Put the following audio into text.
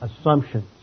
assumptions